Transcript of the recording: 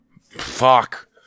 fuck